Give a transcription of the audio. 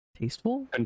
Tasteful